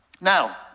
Now